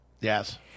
Yes